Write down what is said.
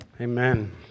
Amen